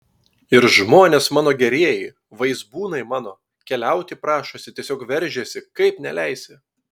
ir žmonės mano gerieji vaizbūnai mano keliauti prašosi tiesiog veržiasi kaip neleisi